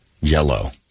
yellow